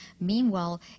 Meanwhile